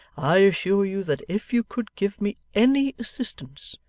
i assure you that if you could give me any assistance,